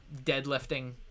deadlifting